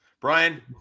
Brian